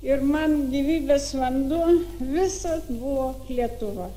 ir man gyvybės vanduo visad buvo lietuva